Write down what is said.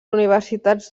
universitats